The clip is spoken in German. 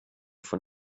von